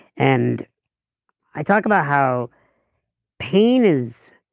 and i talk about how pain is,